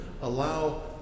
allow